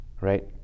Right